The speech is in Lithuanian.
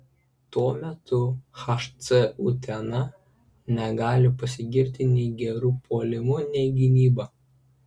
tuo metu hc utena negali pasigirti nei geru puolimu nei gynyba